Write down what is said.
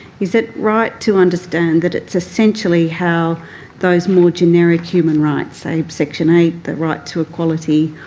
is it right to understand that it's essentially how those more generic human rights, say section eight, the right to equality,